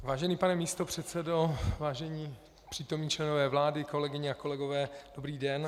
Vážený pane místopředsedo, vážení přítomní členové vlády, kolegyně a kolegové, dobrý den.